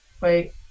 Wait